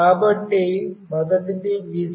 కాబట్టి మొదటిది Vcc